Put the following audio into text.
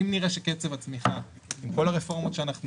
אם נראה שקצב הצמיחה עם כל הרפורמות שאנחנו